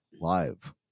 live